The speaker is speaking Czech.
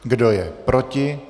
Kdo je proti?